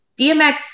DMX